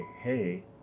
hey